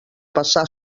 passar